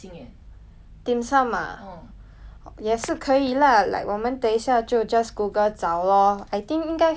也是可以 lah like 我们等一下就 just google 找 lor I think 应该可以找到蛮多的我也蛮 crave dim sum 的